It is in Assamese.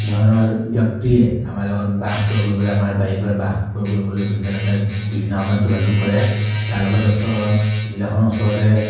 ধৰণৰ ব্যক্তিয়ে আমাৰ লগত বাস কৰি কৰিবলৈ আমাৰ বাৰীৰ পৰা বাস কৰিবলৈ বিভিন্ন ধৰণৰ বিভিন্ন সময়ত যোগাযোগ কৰে তাৰ লগতে ওচৰ জিলাখনৰ ওচৰতে